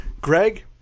Greg